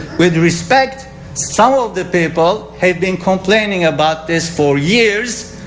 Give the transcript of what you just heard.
with respect some of the people have been complaining about this for years.